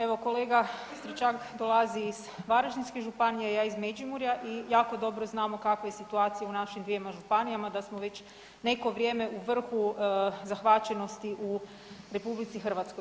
Evo kolega Stričak dolazi iz Varaždinske županije, a ja iz Međimurja i jako dobro znamo kakva je situacija u našim dvjema županijama da smo već neko vrijeme u vrhu zahvaćenosti u RH.